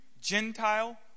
Gentile